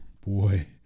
Boy